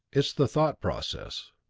it's the thought process.